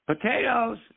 Potatoes